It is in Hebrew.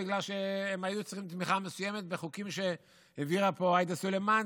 בגלל שהם היו צריכים תמיכה מסוימת בחוקים שהעבירה פה עאידה סלימאן.